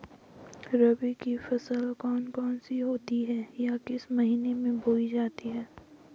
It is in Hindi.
रबी की फसल कौन कौन सी होती हैं या किस महीने में बोई जाती हैं?